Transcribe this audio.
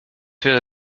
wäre